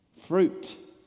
Fruit